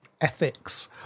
ethics